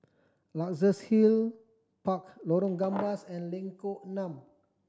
Luxus Hill Park Lorong Gambas and Lengkok Enam